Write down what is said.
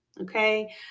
okay